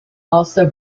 also